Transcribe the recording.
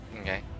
Okay